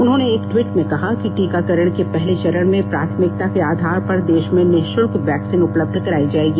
उन्होंने एक ट्वीट में कहा कि टीकाकरण के पहले चरण में प्राथमिकता के आधार पर देशभर में निशुल्क वैक्सीन उपलब्ध कराई जाएगी